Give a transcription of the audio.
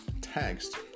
text